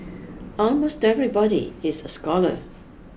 almost everybody is a scholar